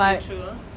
okay true